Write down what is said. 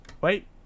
Wait